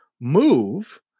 move